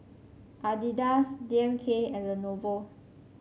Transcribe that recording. Adidas D M K and Lenovo